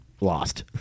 lost